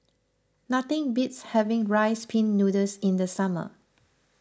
nothing beats having Rice Pin Noodles in the summer